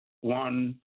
one